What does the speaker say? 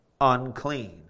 unclean